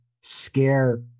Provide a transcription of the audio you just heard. scare